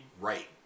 right